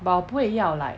but 我不会要 like